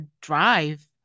drive